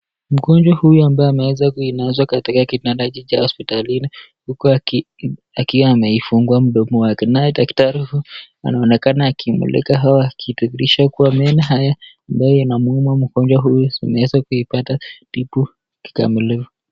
Mgonjwa huyu ambaye ameweza kulazwa katika kitanda hichi cha hosipatlini huku akiwa anaifungua mdomo wake, naye daktari huyu anaonekana akimulika au akihakikisha meno haya ambayo yanamuuma mgonjwa huyu zimeweza kuipata tiba kikamilifu.